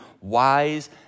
wise